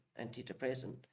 antidepressant